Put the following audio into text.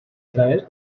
través